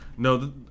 No